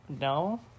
No